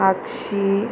आक्षी